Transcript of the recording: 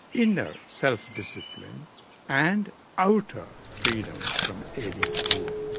inner self-discipline and outer freedom from alien rule.